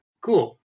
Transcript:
Cool